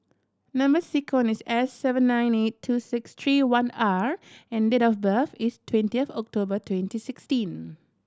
number sequence is S seven nine eight two six three one R and date of birth is twenty of October twenty sixteen